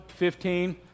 15